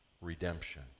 redemption